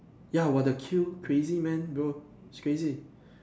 ya !woah! the queue crazy man bro it's crazy